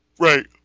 Right